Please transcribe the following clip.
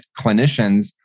clinicians